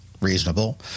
Reasonable